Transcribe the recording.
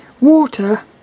Water